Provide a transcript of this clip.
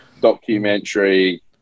documentary